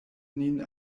nin